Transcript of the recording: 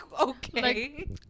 okay